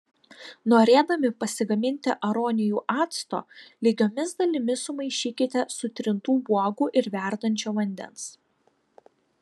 norėdami pasigaminti aronijų acto lygiomis dalimis sumaišykite sutrintų uogų ir verdančio vandens